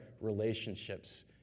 relationships